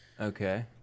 Okay